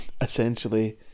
essentially